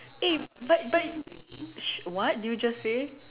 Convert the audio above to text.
eh but but what did you just say